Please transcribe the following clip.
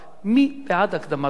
מי בעד הקדמת הבחירות.